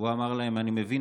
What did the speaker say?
והוא אמר להם: אני מבין,